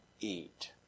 eat